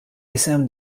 isem